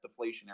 deflationary